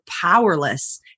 powerless